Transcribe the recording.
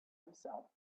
himself